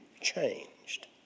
changed